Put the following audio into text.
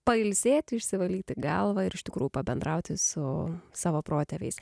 pailsėti išsivalyti galvą ir iš tikrųjų pabendrauti su savo protėviais